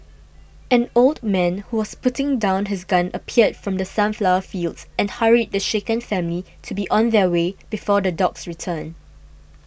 an old man who was putting down his gun appeared from the sunflower fields and hurried the shaken family to be on their way before the dogs return